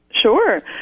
Sure